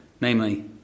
Namely